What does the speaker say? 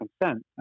consent